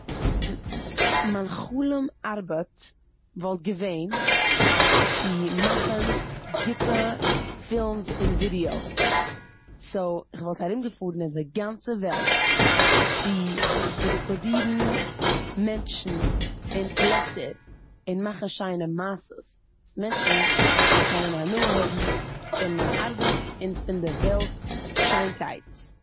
מיין חלום ארבעט וואלט געווען צו מאכן גוטע פילמס און ווידיאס. סאו כ'וואלט ארומגעפארן אין די גאנצע וועלט צו רעקארדירן מענטשן און פלעצער און מאכן שיינע מעשות אז מענטשן זאלן קענען הנאה האבן פון מיין ארבעט און פון די וועלטס שיינקייט.